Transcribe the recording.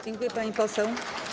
Dziękuję, pani poseł.